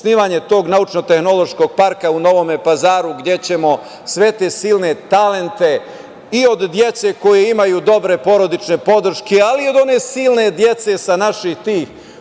tog naučno-tehnološkog parka u Novom Pazaru, gde ćemo sve te silne talente i od dece koja imaju dobru porodičnu podršku ali i od one silne dece sa naših